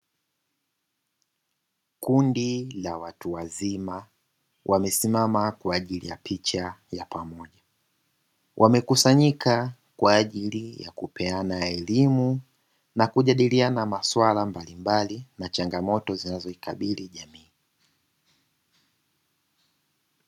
Kundi la watu wazima wamesimama kwa ajili ya picha ya pamoja. Wamekusanyika kwa ajili ya kupeana elimu na kujadiliana masuala mbalimbali na changamoto zinazoikabili jamii.